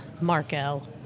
Marco